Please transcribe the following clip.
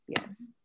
yes